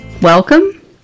Welcome